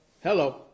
Hello